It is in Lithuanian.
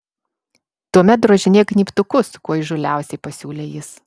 tuomet drožinėk gnybtukus kuo įžūliausiai pasiūlė jis